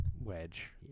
wedge